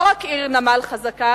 לא רק עיר נמל חזקה,